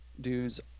dudes